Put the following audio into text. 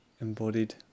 embodied